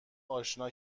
آشنا